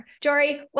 Jory